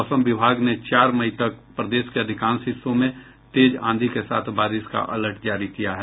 मौसम विभाग ने चार मई तक प्रदेश के अधिकांश हिस्सों में तेज आंधी के साथ बारिश का अलर्ट जारी किया है